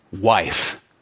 wife